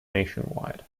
nationwide